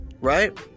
right